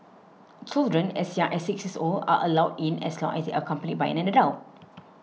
children as young as six years old are allowed in as long as they are accompanied by an adult